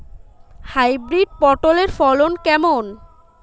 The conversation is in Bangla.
হাইব্রিড পটলের ফলন কেমন?